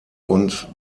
und